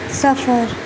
سفر